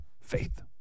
Faith